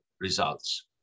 results